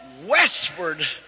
westward